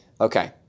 Okay